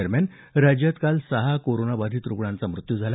दरम्यान राज्यात काल सहा कोरोनाबाधित रुग्णांचा मृत्यू झाला